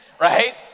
Right